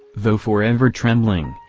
though for ever trembling,